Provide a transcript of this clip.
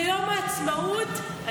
ליום העצמאות.